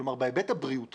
כלומר, בהיבט הבריאותי